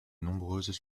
nombreuses